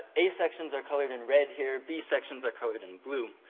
ah a sections are colored in red, here. b sections are colored in blue.